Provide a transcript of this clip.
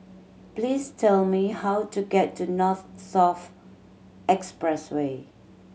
please tell me how to get to North South Expressway